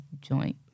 joint